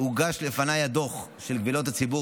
הוגש בפניי הדוח של קבילות הציבור